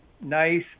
nice